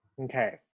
Okay